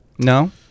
No